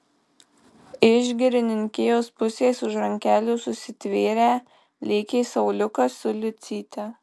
iš girininkijos pusės už rankelių susitvėrę lėkė sauliukas su liucyte